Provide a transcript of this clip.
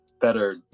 better